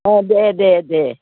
अ दे दे दे दे